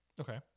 Okay